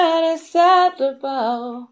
Unacceptable